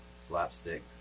slapstick